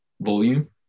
volume